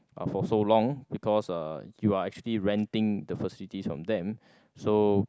for so long because you are actually renting the facilities from them so